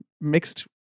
mixed